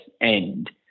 end